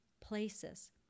places